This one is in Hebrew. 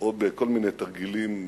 או בכל מיני תרגילים ילדותיים,